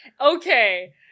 okay